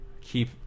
keep